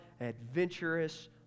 adventurous